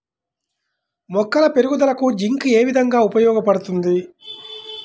మొక్కల పెరుగుదలకు జింక్ ఏ విధముగా ఉపయోగపడుతుంది?